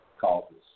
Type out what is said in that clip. causes